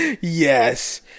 Yes